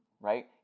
right